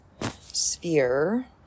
sphere